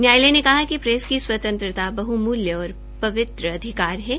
न्यायालय ने कहा कि प्रेस की स्वतंत्रता बहमूल्य और पवित्र अधिकारहै